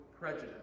prejudice